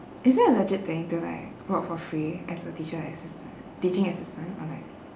is it a legit thing to like work for free as a teacher assistant teaching assistant or like